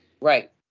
Right